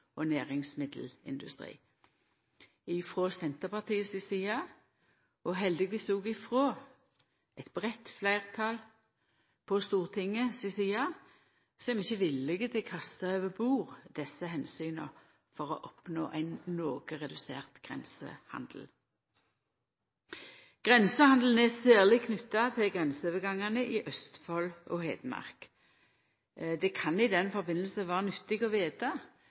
og næringsmiddelindustri. Frå Senterpartiet si side – og heldigvis òg frå eit breitt fleirtal i Stortinget si side – er vi ikkje villige til å kasta over bord desse omsyna for å oppnå ein noko redusert grensehandel. Grensehandelen er særleg knytt til grenseovergangane i Østfold og Hedmark. I den samanhengen kan det vera nyttig å